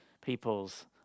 people's